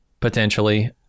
potentially